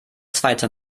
zweite